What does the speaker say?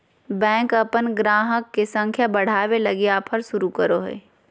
bank अपन गाहक के संख्या बढ़ावे लगी ऑफर शुरू करो हय